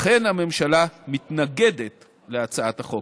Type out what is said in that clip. לכן הממשלה מתנגדת להצעת החוק.